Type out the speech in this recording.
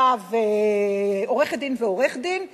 עורכת-דין ועורך-דין,